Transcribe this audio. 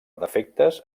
defectes